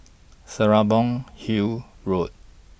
Serapong Hill Road